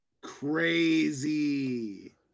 Crazy